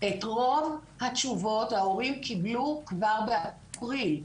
את רוב התשובות ההורים קיבלו כבר באפריל.